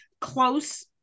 close